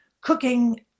cooking